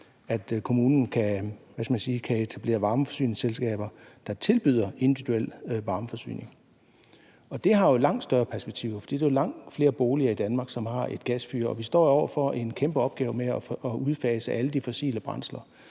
at kommunen kan etablere varmeforsyningsselskaber, der tilbyder individuelle varmeforsyninger, og det har jo langt større perspektiver, fordi der er langt flere boliger i Danmark, som har et gasfyr. Vi står jo over for en kæmpe opgave med at udfase alle de fossile brændsler,